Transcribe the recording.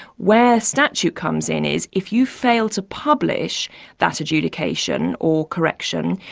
where statute comes in is, if you fail to publish that adjudication or correction,